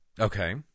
Okay